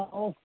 ହଉ